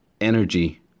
energy